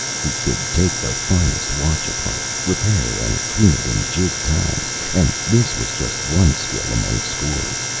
he could take the finest watch, apart, repair and clean it in jig-time and this was just one skill among scores.